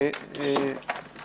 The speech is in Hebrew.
הנקודה ברורה, שלמה.